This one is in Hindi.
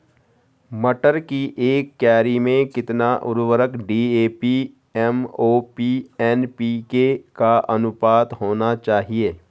मटर की एक क्यारी में कितना उर्वरक डी.ए.पी एम.ओ.पी एन.पी.के का अनुपात होना चाहिए?